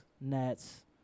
Nets